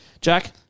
Jack